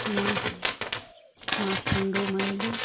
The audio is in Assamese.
মই মাৰঠাণ্ড দৌৰ মাৰিলোঁ